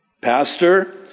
Pastor